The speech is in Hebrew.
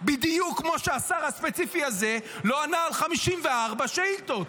בדיוק כמו שהשר הספציפי הזה לא ענה על 54 שאילתות.